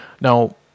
Now